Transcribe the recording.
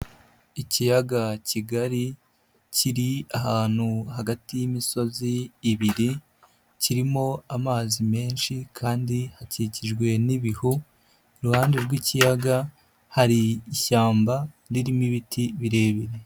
Ikiyaga kigari kiri ahantu hagati y'imisozi ibiri kirimo amazi menshi kandi hakikijwe n'ibihu, iruhande rw'ikiyaga hari ishyamba ririmo ibiti birebire.